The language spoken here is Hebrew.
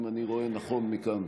אם אני רואה נכון מכאן.